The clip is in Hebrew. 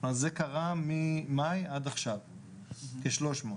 זה קרה ממאי עד עכשיו, כ-300.